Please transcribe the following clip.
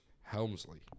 Helmsley